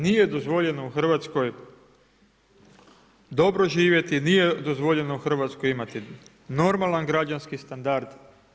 Nije dozvoljeno u Hrvatskoj dobro živjeti, nije dozvoljeno u Hrvatskoj imati normalni građanski standard.